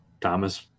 Thomas